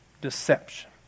Deception